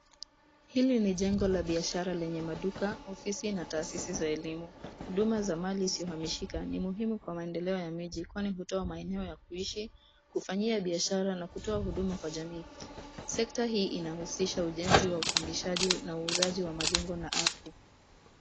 Hili ni jengo la biashara lenye maduka, ofisi na taasisi za elimu. Huduma za mali isiyohamishika ni muhimu kwa maendeleo ya miji kwani hutoa maeneo ya kuishi, kufanyia biashara na kutoa huduma kwa jamii. Sekta hii inahusisha ujenzi wa upangishaji na uuzaji wa majengo na ardhi.